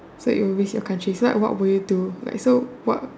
so you will risk your country so like what would you do so what